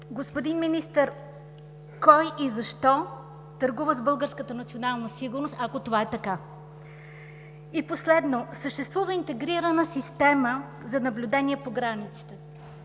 Господин Министър, кой и защо търгува с българската национална сигурност? Ако това е така. И последно, съществува интегрирана система за наблюдение по границата.